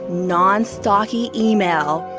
non-stalky email.